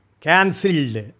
cancelled